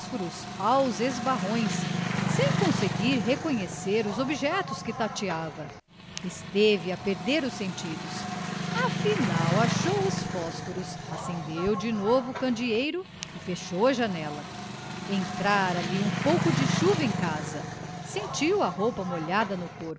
de fósforos aos esbarrões sem conseguir reconhecer os objetos que tateava esteve a perder os sentidos afinal achou os fósforos acendeu de novo o candeeiro e fechou a janela entrara lhe um pouco de chuva em casa sentiu a roupa molhada no